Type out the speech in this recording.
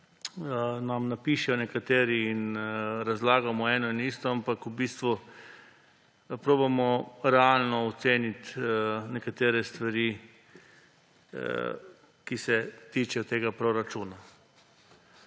nam napišejo nekateri, in ne razlagamo enega in istega, ampak poskušamo realno oceniti nekatere stvari, ki se tičejo tega proračuna.